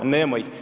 Nema ih.